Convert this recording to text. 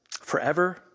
forever